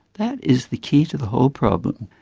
that is the key to the whole problem.